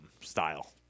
style